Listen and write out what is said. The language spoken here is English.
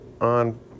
on